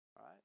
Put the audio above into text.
right